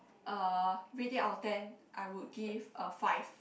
uh rate it out of ten I would give a five